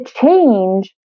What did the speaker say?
change